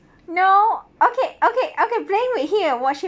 no okay okay okay playing with him and watch him